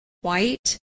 white